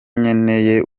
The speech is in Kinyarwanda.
nkeneye